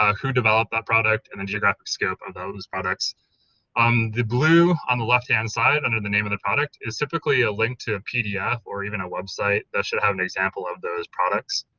ah who developed that product, and the geographic scope of those products on um the blue on the left hand side under the name of the product is typically a link to a pdf or even a website that should have an example of those products.